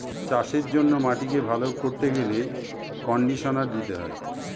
চাষের জন্য মাটিকে ভালো করতে গেলে কন্ডিশনার দিতে হয়